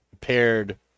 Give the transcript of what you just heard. paired